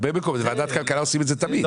בוועדת הכלכלה עושים את זה תמיד.